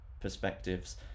perspectives